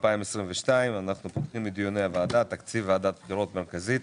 אנחנו פותחים את ישיבת הוועדה בנושא תקציב ועדת הבחירות המרכזית